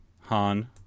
Han